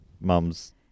mum's